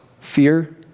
fear